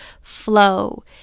flow